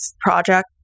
project